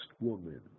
woman